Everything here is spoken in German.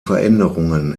veränderungen